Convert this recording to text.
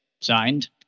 Signed